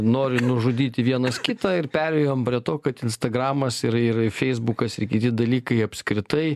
nori nužudyti vienas kitą ir perėjom prie to kad instagramas ir ir feisbukas ir kiti dalykai apskritai